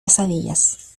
pesadillas